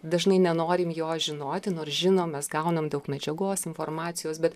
dažnai nenorim jo žinoti nors žinom mes gaunam daug medžiagos informacijos bet